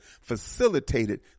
facilitated